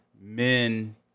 men